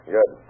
Good